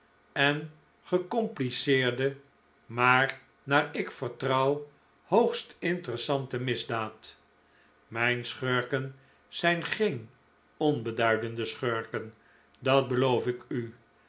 en gecompliceerde maar naar ik vertrouw hoogst interessante misdaad mijn schurken zijn geen onbeduidende schurken dat beloof ik u